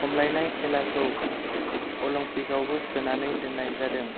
खमलायनाय खेलाखौ अलिम्पिकआवबो सोनानै दोननाय जादों